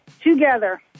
together